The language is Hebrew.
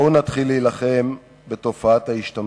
בואו נתחיל להילחם בתופעת ההשתמטות,